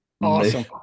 awesome